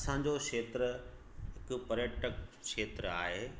असांजो क्षेत्र सॼो पर्यटक क्षेत्र आहे